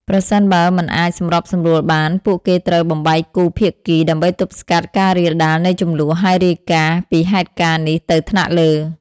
ប្រសិនបើមិនអាចសម្របសម្រួលបាន ពួកគេត្រូវ បំបែកគូភាគី ដើម្បីទប់ស្កាត់ការរាលដាលនៃជម្លោះ ហើយរាយការណ៍ ពីហេតុការណ៍នេះទៅថ្នាក់លើ។